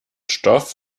stoff